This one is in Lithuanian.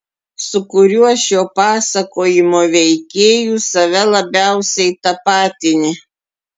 su kuriuo šio pasakojimo veikėju save labiausiai tapatini